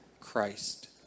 Christ